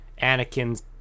Anakin's